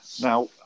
Now